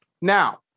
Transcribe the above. Now